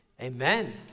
Amen